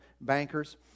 bankers